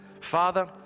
Father